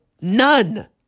None